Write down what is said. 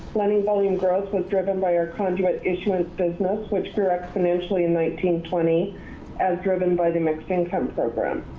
lending volume growth was driven by our conduit issuance business, which grew exponentially in nineteen, twenty as driven by the mixed income program.